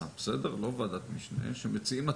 ועדת הביקורת שמופיעה בחוק,